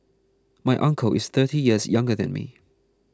my uncle is thirty years younger than me